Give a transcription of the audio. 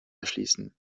erschließen